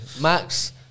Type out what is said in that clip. Max